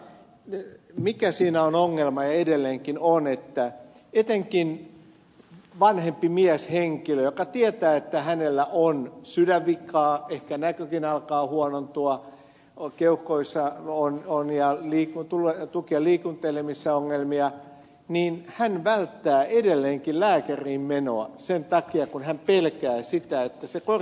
mutta mikä siinä on ongelma edelleenkin on se että etenkin vanhempi mieshenkilö joka tietää että hänellä on sydänvikaa ehkä näkökin alkaa huonontua keuhkoissa on ja tuki ja liikuntaelimissä ongelmia välttää edelleenkin lääkäriin menoa sen takia kun hän pelkää sitä että se kortti viedään